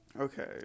Okay